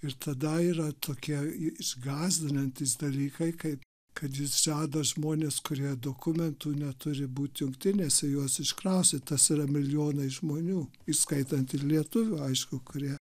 ir tada yra tokie is gąsdinantys dalykai kaip kad jis žada žmones kurie dokumentų neturi būt jungtinėse juos iškraustyt tas yra milijonai žmonių įskaitant ir lietuvių aišku kurie